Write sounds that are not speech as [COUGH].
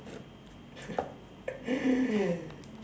[LAUGHS]